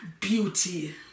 beauty